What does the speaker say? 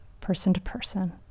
person-to-person